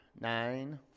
nine